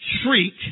shriek